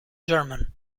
german